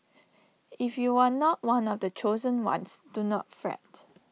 if you are not one of the chosen ones do not fret